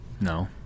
No